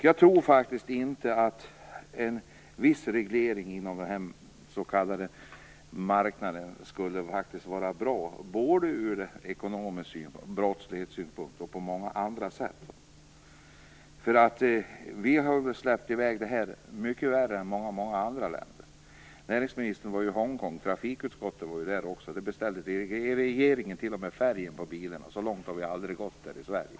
Jag tror faktiskt att en viss reglering inom den s.k. marknaden skulle vara bra, både ur ekonomisk synpunkt och ur brottslighetssynpunkt och även på många andra sätt. Näringsministern och trafikutskottet har varit i Hong Kong. Där har regeringen bestämt t.o.m. färgen på bilarna. Så långt har vi i Sverige aldrig gått.